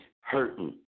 hurting